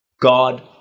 God